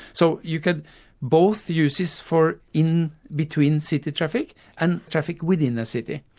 so you could both use this for in between city traffic and traffic within a city.